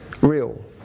real